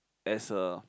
as a